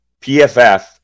PFF